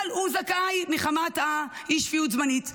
אבל הוא זכאי מחמת אי-שפיות זמנית.